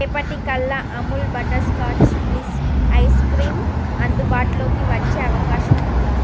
రేపటి కల్లా Amul butter scotch bliss ice cream అందుబాటులోకి వచ్చే అవకాశం ఉందా